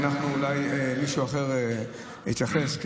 אולי מישהו אחר יתייחס.